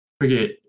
forget